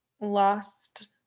lost